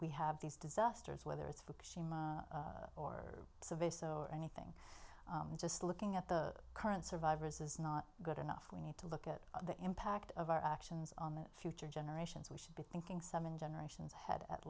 we have these disasters whether it's food or service so anything just looking at the current survivors is not good enough we need to look at the impact of our actions on the future generations we should be thinking seven generations ahead at